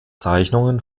zeichnungen